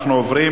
אנחנו עוברים